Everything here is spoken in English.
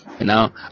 Now